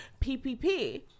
PPP